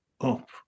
up